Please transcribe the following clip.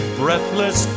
breathless